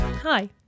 Hi